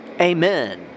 Amen